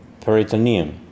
peritoneum